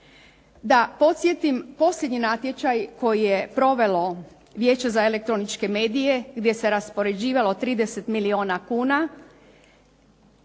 Da podsjetim, posljednji natječaj koji je provelo Vijeće za elektroničke medije gdje se raspoređivalo 30 milijuna kuna